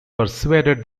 persuaded